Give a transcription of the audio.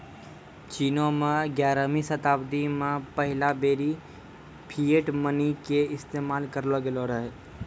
चीनो मे ग्यारहवीं शताब्दी मे पहिला बेरी फिएट मनी के इस्तेमाल करलो गेलो रहै